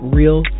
real